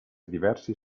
diversi